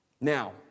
Now